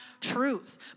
truths